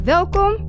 Welkom